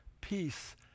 peace